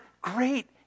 great